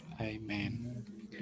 Amen